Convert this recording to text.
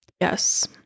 Yes